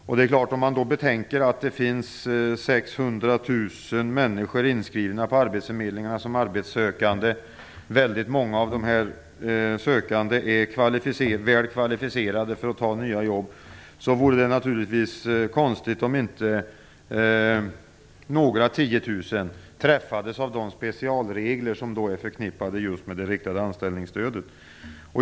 Om man då betänker att det finns 600 000 människor som är inskrivna som arbetssökande hos arbetsförmedlingarna - många av dem är väl kvalificerade att ta nya jobb - vore det naturligtvis konstigt om inte något tiotusental träffades av de specialregler som är förknippade med just det riktade anställningsstödet.